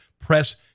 press